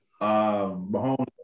Mahomes